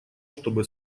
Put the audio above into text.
чтобы